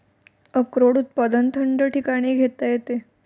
अक्रोड उत्पादन थंड ठिकाणी घेता येते